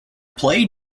play